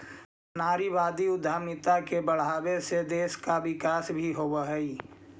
नारीवादी उद्यमिता के बढ़ावे से देश का विकास भी होवअ हई